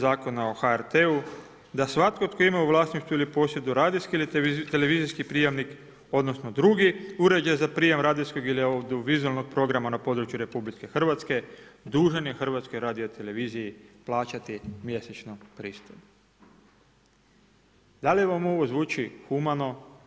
Zakona o HRT-u da svatko tko ima u vlasništvu ili posjeduje radijski ili televizijski prijemnik, odnosno drugi uređaj za prijam radijskog ili audiovizualnog programa na području RH dužan je HRT-u plaćati mjesečnu pristojbu.“ Da li vam ovo zvuči humano?